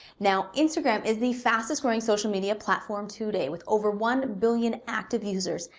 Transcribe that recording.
now instagram is the fastest-growing social media platform to date with over one billion active users.